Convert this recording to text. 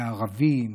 לערבים,